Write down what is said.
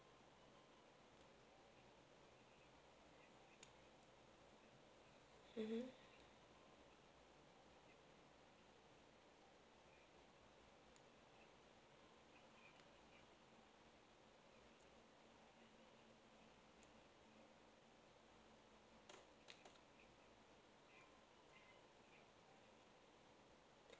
mmhmm